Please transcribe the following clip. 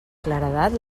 claredat